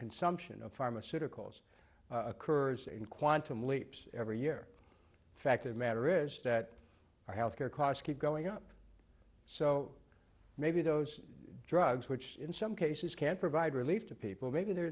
consumption of pharmaceuticals occurs in quantum leaps every year fact of matter is that our health care costs keep going up so maybe those drugs which in some cases can provide relief to people